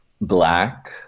Black